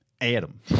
Adam